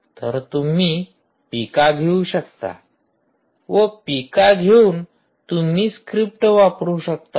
तर तुम्ही पीका घेऊ शकता व पीका घेऊन तुम्ही स्क्रिप्ट वापरू शकता